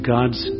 God's